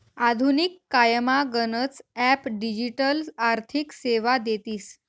आधुनिक कायमा गनच ॲप डिजिटल आर्थिक सेवा देतीस